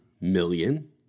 million